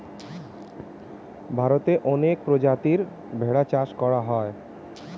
ভারতে অনেক প্রজাতির ভেড়া চাষ করা হয়